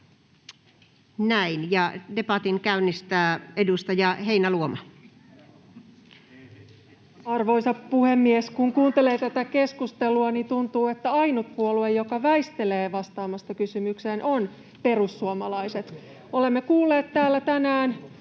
Debatin käynnistää edustaja Heinäluoma. Arvoisa puhemies! Kun kuuntelee tätä keskustelua, niin tuntuu, että ainut puolue, joka väistelee vastaamasta kysymykseen, on perussuomalaiset. Olemme kuulleet täällä tänään